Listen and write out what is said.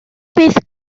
bydd